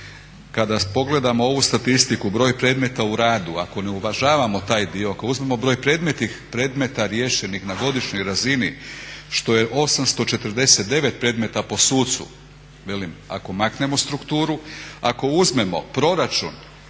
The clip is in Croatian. Kada pogledamo ovu statistiku broj predmeta u radu ako ne uvažavamo taj dio, ako uzmemo broj predmeta riješenih na godišnjoj razini što je 849 predmeta po sucu, velim ako maknemo strukturu, ako uzmemo proračun